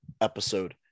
episode